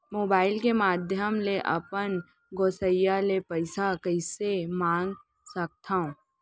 Mobile के माधयम ले अपन गोसैय्या ले पइसा कइसे मंगा सकथव?